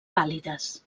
pàl·lides